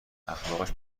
اخلاقش